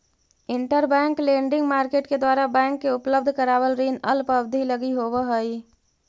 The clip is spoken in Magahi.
इंटरबैंक लेंडिंग मार्केट के द्वारा बैंक के उपलब्ध करावल ऋण अल्प अवधि लगी होवऽ हइ